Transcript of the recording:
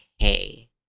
okay